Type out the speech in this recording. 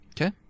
Okay